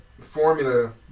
formula